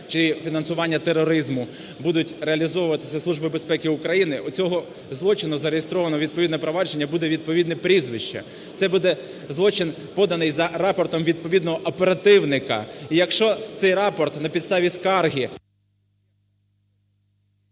чи фінансування тероризму будуть реалізовуватися Службою безпеки України, у цього злочину зареєстроване відповідне впровадження, буде відповідне прізвище, це буде злочин, поданий за рапортом відповідного оперативника. І якщо цей рапорт на підставі скарги…